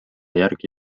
järgi